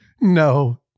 No